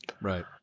Right